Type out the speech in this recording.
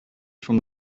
from